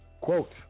quote